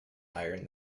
iron